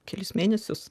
kelis mėnesius